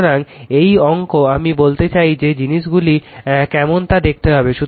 সুতরাং এই অঙ্ক আমি বলতে চাই যে জিনিসগুলি কেমন তা দেখতে হবে